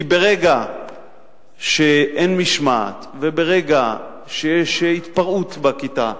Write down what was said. כי ברגע שאין משמעת וברגע שיש התפרעות בכיתה,